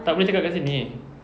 tak boleh cakap dekat sini